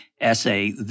essay